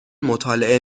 مطالعه